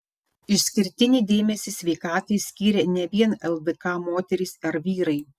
išskirtinį dėmesį sveikatai skyrė ne vien ldk moterys ar vyrai